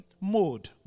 mode